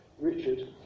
Richard